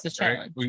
right